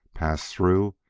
passed through,